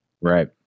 Right